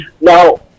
now